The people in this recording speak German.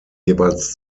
jeweils